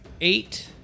Eight